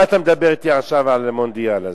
מה אתה מדבר אתי עכשיו על המונדיאל הזה?